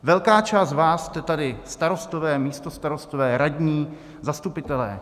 Velká část z vás jste tady starostové, místostarostové, radní, zastupitelé.